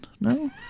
No